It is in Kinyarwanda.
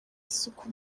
isuku